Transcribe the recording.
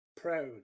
proud